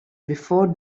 before